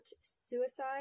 suicide